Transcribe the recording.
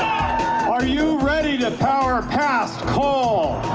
are you ready to power past coal?